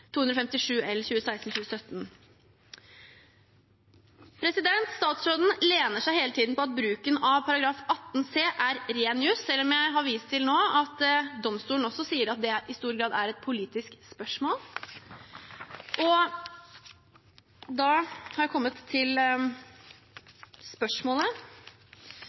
257 L for 2016–2017. Statsråden lener seg hele tiden på at bruken av § 18 c er ren juss, selv om jeg nå har vist til at domstolen også sier at det i stor grad er et politisk spørsmål. Da har jeg kommet til